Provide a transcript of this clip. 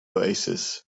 oasis